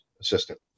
assistant